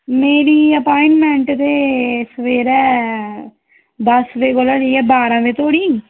मेरी अपाइंटमेंट ते सवेरै दस्स बजे कोला लेइयै बारां बजे धोड़ी